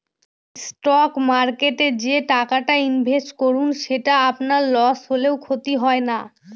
stock মার্কেটে যে টাকাটা ইনভেস্ট করুন সেটা আপনার লস হলেও ক্ষতি হয় না